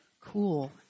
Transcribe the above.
cool